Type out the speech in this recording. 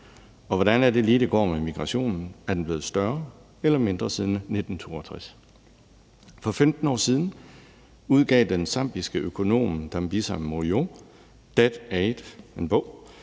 Og hvordan er det lige, det går med migrationen? Er den blevet større eller mindre siden 1962? For 15 år siden udgav den zambiske økonom Dambisa Moyo bogen »Dead Aid«. I bogen